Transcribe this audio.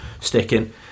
sticking